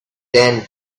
tent